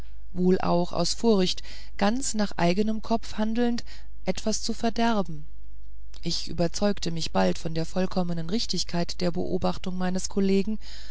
wohl auch aus furcht ganz nach eignem kopf handelnd etwas zu verderben ich überzeugte mich bald von der vollkommenen richtigkeit der beobachtung meines kollegen